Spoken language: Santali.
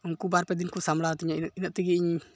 ᱩᱩᱠᱩ ᱵᱟᱨᱼᱯᱮ ᱫᱤᱱᱠᱚ ᱥᱟᱢᱵᱽᱲᱟᱣ ᱛᱤᱧᱟᱹ ᱤᱱᱟᱹᱜ ᱤᱱᱟᱹᱜ ᱛᱮᱜᱮ ᱤᱧ